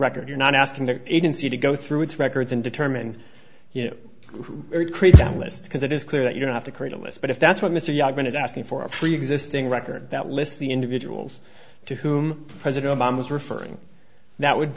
record you're not asking the agency to go through its records and determine you know recreate that list because it is clear that you don't have to create a list but if that's what mr young man is asking for a preexisting record that lists the individuals to whom president obama was referring that would